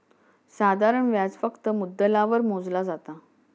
साधारण व्याज फक्त मुद्दलावर मोजला जाता